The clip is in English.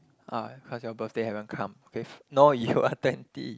ah cause your birthday haven't come if no you are twenty